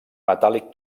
metàl·lic